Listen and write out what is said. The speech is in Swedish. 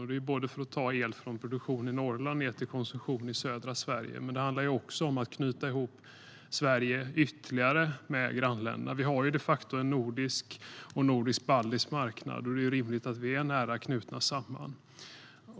Det handlar om att ta el från produktion i Norrland ned till konsumtion i södra Sverige liksom om att knyta ihop Sverige ytterligare med grannländerna. Vi har de facto en nordisk och en nordisk-baltisk marknad. Då är det rimligt att vi är nära knutna samman.